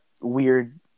weird